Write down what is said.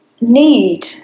need